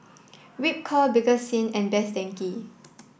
Ripcurl Bakerzin and Best Denki